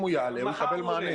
אם הוא יעלה, הוא יקבל מענה.